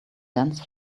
dance